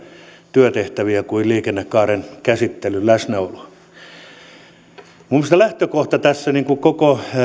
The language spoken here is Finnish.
työtehtäviä kuin liikennekaaren käsittelyssä läsnäolo minun mielestäni lähtökohtaisesti tässä koko